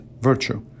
virtue